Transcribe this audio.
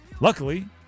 Luckily